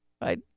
Right